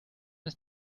ist